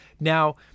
now